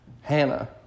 Hannah